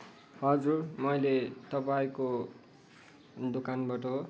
हजुर मैले तपाईँको दोकानबाट